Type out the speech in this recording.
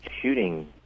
Shooting